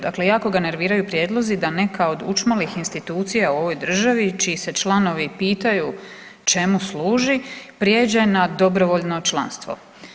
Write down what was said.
Dakle, jako ga nerviraju prijedlozi da neka od učmalih institucija u ovoj državi čiji se članovi pitaju čemu služi prijeđe na dobrovoljno članstvo.